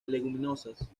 leguminosas